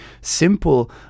simple